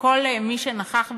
כל מי שנכח בהם,